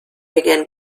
began